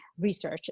research